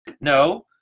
no